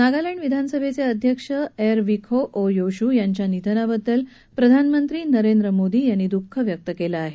नागालँड विधानसभेचे अध्यक्ष एर विखो ओ योशू यांच्या निधनाबद्दल प्रधानमंत्री नरेंद्र मोदी यांनी दुःख व्यक्त केलं आहे